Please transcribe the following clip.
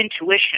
intuition